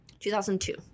2002